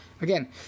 Again